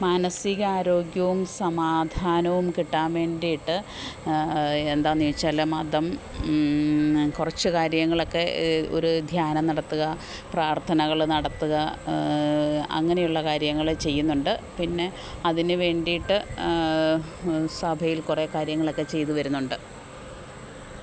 മാനസിക ആരോഗ്യവും സമാധാനവും കിട്ടാന് വേണ്ടിയിട്ട് എന്താന്ന് ചോദിച്ചാല് മതം കുറച്ച് കാര്യങ്ങളൊക്കെ ഒരു ധ്യാനം നടത്തുക പ്രാര്ത്ഥനകള് നടത്തുക അങ്ങനെയുള്ള കാര്യങ്ങള് ചെയ്യുന്നുണ്ട് പിന്നെ അതിന് വേണ്ടിയിട്ട് സഭയില് കുറെ കാര്യങ്ങളൊക്കെ ചെയ്ത് വരുന്നുണ്ട്